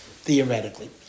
theoretically